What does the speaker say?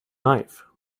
knife